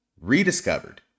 rediscovered